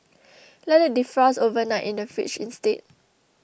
let it defrost overnight in the fridge instead